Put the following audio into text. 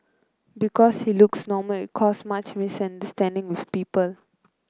because he looks normal it's caused much misunderstanding with people